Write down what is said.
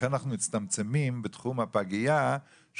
לכן אנחנו מצטמצמים בתחום הפגייה,